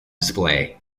display